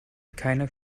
keiner